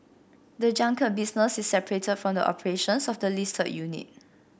the junket business is separate from the operations of the listed unit